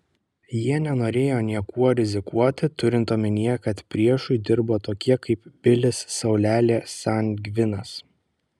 jie nenorėjo niekuo rizikuoti turint omenyje kad priešui dirbo tokie kaip bilis saulelė sangvinas